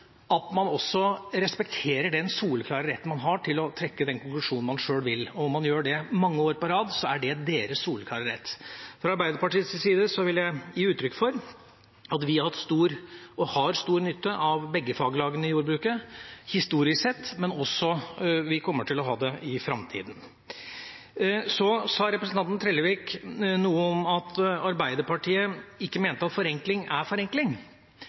at man også respekterer den soleklare retten man har til å trekke den konklusjonen man sjøl vil. Og om man gjør det mange år på rad, er det deres soleklare rett. Fra Arbeiderpartiets side vil jeg gi uttrykk for at vi har hatt – og har – stor nytte av begge faglagene i jordbruket, historisk sett, men at vi også kommer til å ha det i framtiden. Representanten Trellevik sa noe om at Arbeiderpartiet ikke mente at forenkling er forenkling.